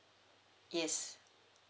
yes